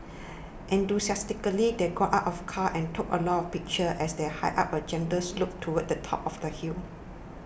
enthusiastically they got out of car and took a lot of pictures as they hiked up a gentle slope towards the top of the hill